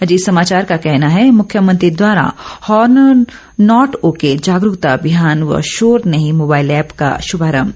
अजीत समाचार का कहना है मुख्यमंत्री द्वारा हॉर्न नॉट ओके जागरूकता अभियान व शोर नहीं मोबाइल ऐप का शुभारंभ